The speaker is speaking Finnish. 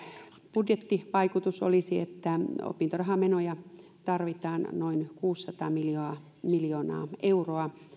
budjettivaikutus olisi että opintorahamenoja tarvitaan noin kuusisataa miljoonaa miljoonaa euroa